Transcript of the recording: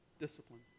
discipline